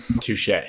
Touche